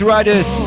Riders